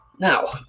Now